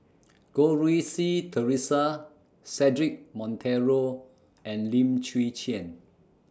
Goh Rui Si Theresa Cedric Monteiro and Lim Chwee Chian